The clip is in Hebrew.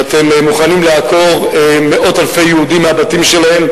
ואתם מוכנים לעקור מאות אלפי יהודים מהבתים שלהם,